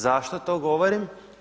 Zašto to govorim?